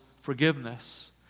forgiveness